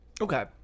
okay